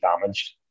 damaged